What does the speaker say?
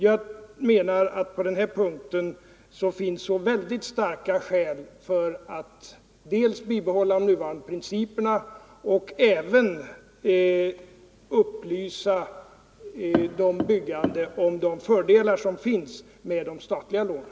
Jag menar att det på den här punkten finns väldigt starka skäl för att dels bibehålla de nuvarande principerna, dels upplysa de byggande om de fördelar som finns med de statliga lånen.